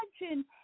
imagine